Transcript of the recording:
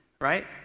right